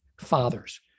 fathers